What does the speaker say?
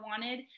wanted